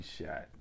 shot